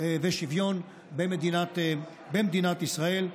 ושוויון במדינת ישראל,